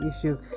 issues